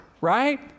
right